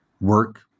work